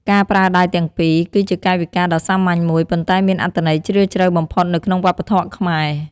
ការប្រើដៃទាំងពីរ គឺជាកាយវិការដ៏សាមញ្ញមួយ ប៉ុន្តែមានអត្ថន័យជ្រាលជ្រៅបំផុតនៅក្នុងវប្បធម៌ខ្មែរ។